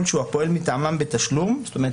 שהוא הפועל מטעמן בתשלום" זאת אומרת,